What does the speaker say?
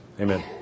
Amen